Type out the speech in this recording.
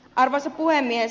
arvoisa puhemies